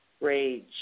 rage